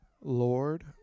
Lord